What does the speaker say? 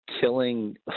killing